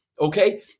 Okay